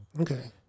Okay